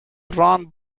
run